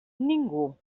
ningú